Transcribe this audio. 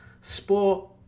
sport